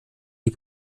die